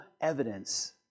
evidence